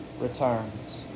returns